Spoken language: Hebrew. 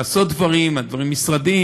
לעשות דברים משרדיים.